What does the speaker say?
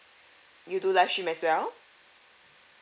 you do live stream as well